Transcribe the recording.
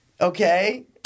Okay